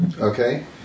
Okay